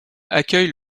accueille